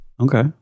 Okay